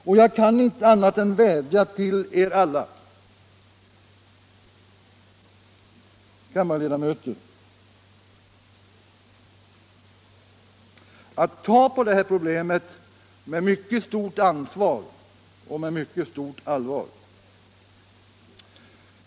Och jag kan inte annat än vädja till er alla, kammarledamöter, att ta på det här problemet med mycket stort ansvar och med mycket stort allvar.